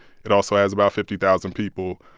it also has about fifty thousand people,